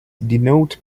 denote